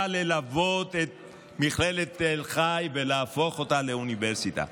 ללוות את מכללת תל חי ולהפוך אותה לאוניברסיטה?